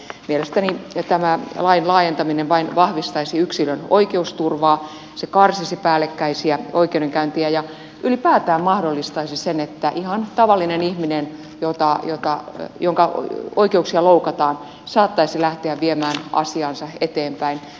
mielestäni tämä lain laajentaminen vain vahvistaisi yksilön oikeusturvaa se karsisi päällekkäisiä oikeudenkäyntejä ja ylipäätään mahdollistaisi sen että ihan tavallinen ihminen jonka oikeuksia loukataan saattaisi lähteä viemään asiaansa eteenpäin